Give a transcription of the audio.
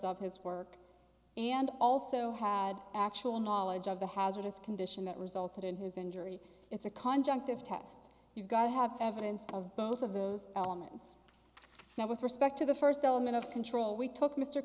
of his work and also had actual knowledge of the hazardous condition that resulted in his injury it's a contract of test you guys have evidence of both of those elements now with respect to the first element of control we took mr